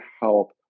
help